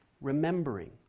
remembering